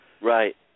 Right